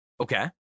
Okay